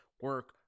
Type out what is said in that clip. Work